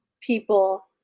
people